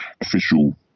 official